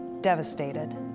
devastated